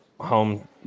home